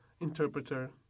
interpreter